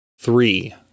three